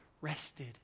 rested